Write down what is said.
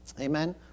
Amen